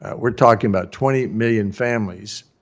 ah we're talking about twenty million families,